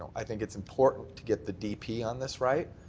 i think it's important to get the dp on this right.